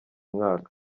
mwaka